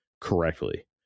correctly